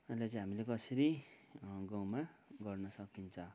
यसलाई चाहिँ हामीले कसरी गाउँमा गर्न सकिन्छ